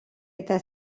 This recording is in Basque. eta